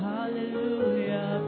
Hallelujah